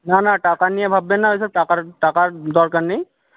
না না টাকা নিয়ে ভাববেন না ওই সব টাকার টাকার দরকার নেই